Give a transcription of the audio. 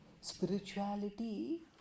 spirituality